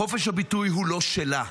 חופש הביטוי הוא לא שלה.